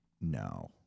No